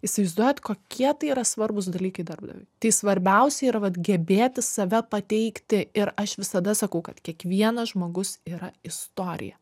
įsivaizduojat kokie tai yra svarbūs dalykai darbdaviui tai svarbiausia yra vat gebėti save pateikti ir aš visada sakau kad kiekvienas žmogus yra istorija